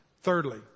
Thirdly